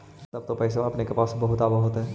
तब तो पैसबा अपने के पास बहुते आब होतय?